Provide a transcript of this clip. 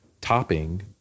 topping